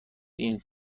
این